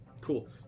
cool